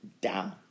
down